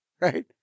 right